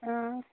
অঁ